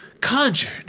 conjured